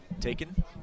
Taken